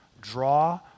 Draw